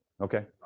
Okay